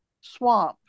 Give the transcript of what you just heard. swamp